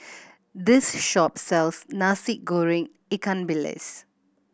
this shop sells Nasi Goreng ikan bilis